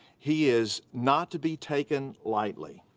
he is not to be taken lightly.